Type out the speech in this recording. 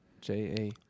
J-A